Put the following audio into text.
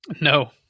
No